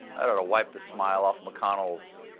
that ought to wipe the smile off of mcconnell's.